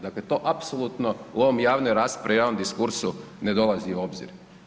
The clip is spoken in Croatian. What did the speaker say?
Dakle, to apsolutno u ovoj javnoj raspravi u ovom diskursu ne dolazi u obzir.